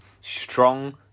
strong